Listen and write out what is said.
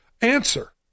answer